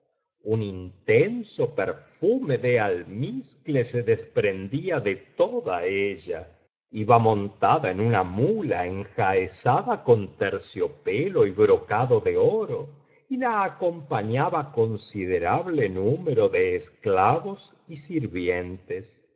un intenso perfume de almizcle se desprendía ele toda ella iba montada en una muía enjaezada con terciopelo y brocado ele oro y la acompañaba considerable número de esclavos y sirvientes